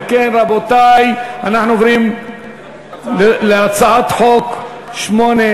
אם כן, רבותי, אנחנו עוברים להצעת חוק 827,